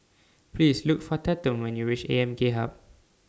Please Look For Tatum when YOU REACH A M K Hub